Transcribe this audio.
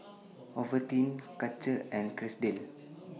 Ovaltine Karcher and Chesdale